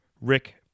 Rick